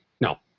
No